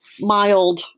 mild